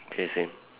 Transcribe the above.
okay same